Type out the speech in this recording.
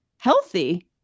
healthy